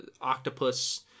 Octopus